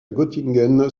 göttingen